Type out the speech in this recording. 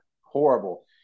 Horrible